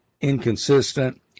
inconsistent